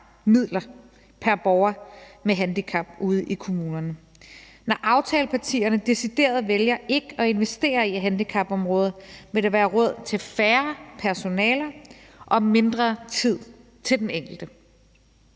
midler pr. borger med handicap, og når aftalepartierne decideret vælger ikke at investere i handicapområdet, vil der være råd til færre personaler og mindre tid til den enkelte.